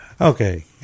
Okay